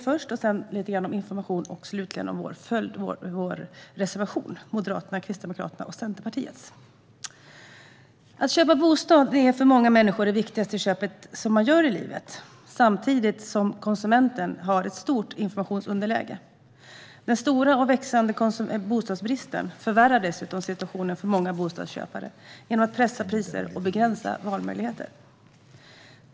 Därefter vill jag säga något om information, och till sist kommer jag att ta upp Moderaternas, Kristdemokraternas och Centerpartiets reservation. Stärkt konsumentskydd på bolånemarknaden Att köpa bostad är för många människor det viktigaste köpet i livet. Samtidigt har konsumenten ett stort informationsunderläge. Den stora och växande bostadsbristen förvärrar dessutom situationen för många bostadsköpare genom att pressa upp priserna och begränsa valmöjligheterna.